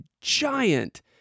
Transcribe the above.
giant